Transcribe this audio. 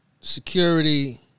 security